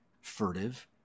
furtive